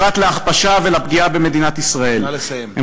פרט להכפשה ולפגיעה במדינת ישראל.